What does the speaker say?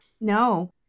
No